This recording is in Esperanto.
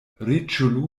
riĉulo